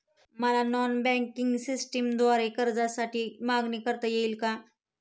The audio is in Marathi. मला नॉन बँकिंग सिस्टमद्वारे कर्जासाठी मागणी करता येईल का?